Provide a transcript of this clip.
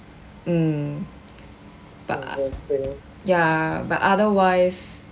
um but ya but otherwise